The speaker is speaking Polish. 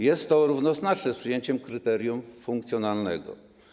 Jest to równoznaczne z przyjęciem kryterium funkcjonalnego.